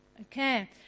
Okay